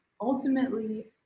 ultimately